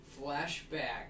Flashback